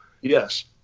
Yes